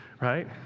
right